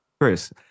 Chris